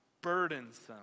burdensome